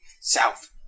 South